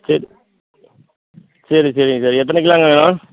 சரி சரி சரிங்க சார் எத்தனைக் கிலோங்க வேணும்